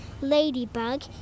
ladybug